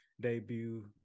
debut